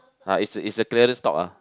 ah is a is a clearance stock ah